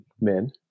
men